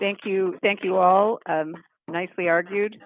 thank you thank you all nicely argued